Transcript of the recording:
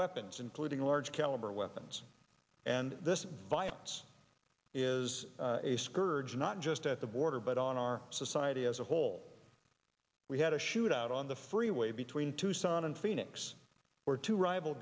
weapons including large caliber weapons and this violence is a scourge not just at the border but on our society as a whole we had a shootout on the freeway between tucson and phoenix where two rival